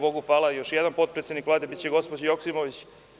Bogu hvala, još jedan potpredsednik Vlade biće gospođa Joksimović.